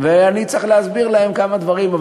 ואני צריך להסביר להם כמה דברים.